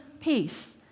peace